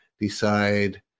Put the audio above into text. decide